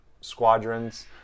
Squadrons